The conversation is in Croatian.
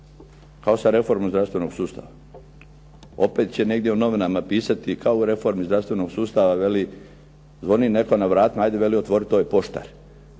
kao sa reformom zdravstvenog sustava, opet će negdje u novinama pisati kao u reformi zdravstvenog sustav, veli zvoni netko na vratima, ajde veli otvori, to je poštar.